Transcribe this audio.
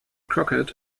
crockett